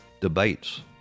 debates